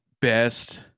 best